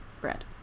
bread